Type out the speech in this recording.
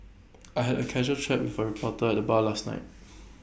I had A casual chat for A reporter at the bar last night